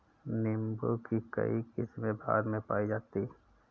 नीम्बू की कई किस्मे भारत में पाई जाती है